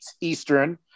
Eastern